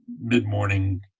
mid-morning